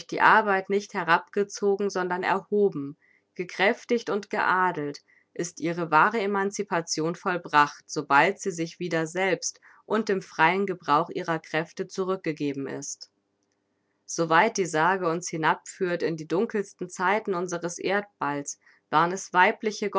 die arbeit nicht herabgezogen sondern erhoben gekräftigt und geadelt ist ihre wahre emancipation vollbracht sobald sie sich wieder selbst und dem freien gebrauch ihrer kräfte zurückgegeben ist so weit die sage uns hinabführt in die dunkelsten zeiten unseres erdballs waren es weibliche